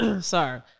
Sorry